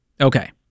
Okay